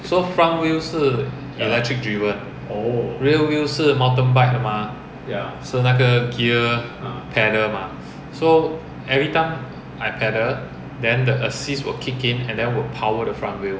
so front wheel 是 electric driven rear wheel 是 mountain bike 的 mah 是那个 gear pedal mah so every time I pedal then the assist will kick in and then will power the front wheel